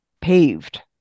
paved